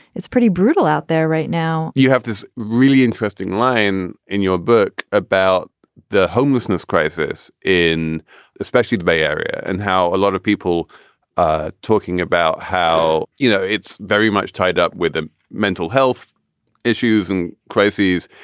it's pretty brutal out there right now you have this really interesting line in your book about the homelessness crisis in especially the bay area and how a lot of people ah talking about how, you know, it's very much tied up with ah mental health issues and crises.